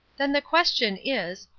then the question is,